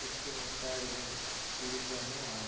ಇಷ್ಟು ಹೇಳ್ತಾ ಇದ್ದ ಈ ವಿಷಯವನ್ನು